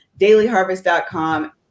dailyharvest.com